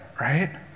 right